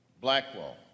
Blackwell